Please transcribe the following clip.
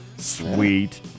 Sweet